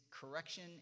correction